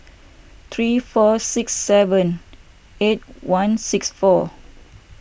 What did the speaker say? three four six seven eight one six four